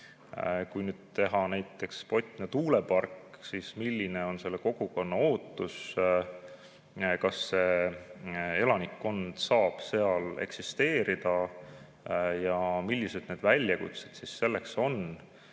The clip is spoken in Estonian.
kui teha näiteks Botnia tuulepark, siis milline on selle kogukonna ootus, kas see elanikkond saab seal eksisteerida ja millised need väljakutsed siis on